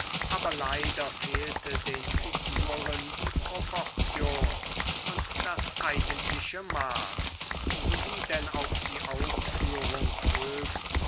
aber leider fehlte den figuren die proportion und das eigentliche mark so wie denn auch die ausführung höchst